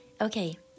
Okay